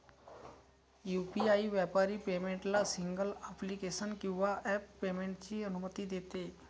UPI व्यापारी पेमेंटला single application किंवा ॲप पेमेंटची अनुमती देते